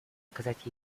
оказывать